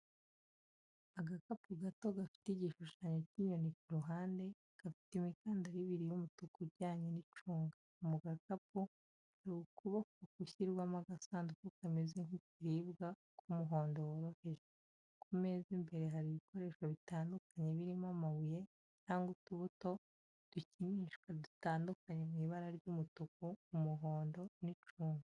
Agakapu gato gafite igishushanyo cy’inyoni ku ruhande, gafite imikandara ibiri y’umutuku ujyanye n’icunga. Mu gakapu, hari ukuboko gushyiramo agasanduku kameze nk'ikiribwa ku muhondo worohereje. Ku meza imbere hari ibikoresho bitandukanye birimo, amabuye cyangwa utubuto dukinisha dutandukanye mu ibara ry’umutuku, umuhondo n’icunga.